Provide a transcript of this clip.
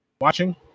watching